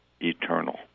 eternal